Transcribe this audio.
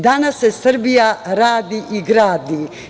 Danas se Srbija radi i gradi.